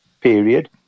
period